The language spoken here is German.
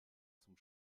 zum